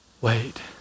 Wait